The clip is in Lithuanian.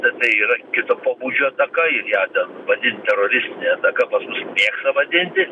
bet tai yra kito pobūdžio ataka ir ją ten vadint teroristine ataka pas mus mėgsta vadinti